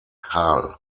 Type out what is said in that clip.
kahl